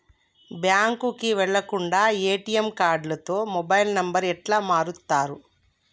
బ్యాంకుకి వెళ్లకుండా ఎ.టి.ఎమ్ కార్డుతో మొబైల్ నంబర్ ఎట్ల మారుస్తరు?